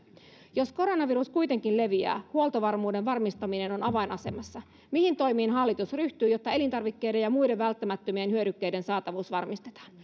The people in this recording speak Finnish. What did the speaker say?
jos koronavirus kuitenkin leviää huoltovarmuuden varmistaminen on avainasemassa mihin toimiin hallitus ryhtyy jotta elintarvikkeiden ja muiden välttämättömien hyödykkeiden saatavuus varmistetaan